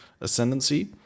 ascendancy